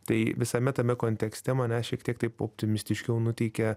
tai visame tame kontekste mane šiek tiek taip optimistiškiau nuteikia